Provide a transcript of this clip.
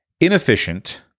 Inefficient